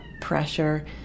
pressure